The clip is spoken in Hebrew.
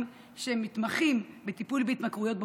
שמתמחים בטיפול בהתמכרויות בקופות.